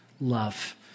love